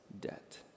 debt